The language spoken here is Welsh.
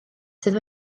sydd